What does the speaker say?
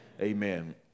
amen